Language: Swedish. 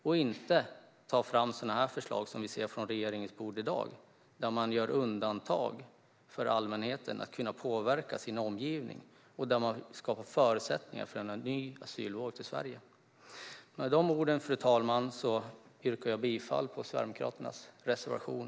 Det går inte att ta fram sådana förslag som i dag ligger på regeringens bord där man gör undantag från allmänhetens möjlighet att kunna påverka sin omgivning samt skapar förutsättningar för en ny asylvåg till Sverige. Fru talman! Med de orden yrkar jag bifall till Sverigedemokraternas reservation.